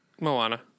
Moana